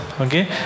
okay